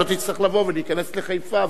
שלא תצטרך לבוא ולהיכנס לחיפה,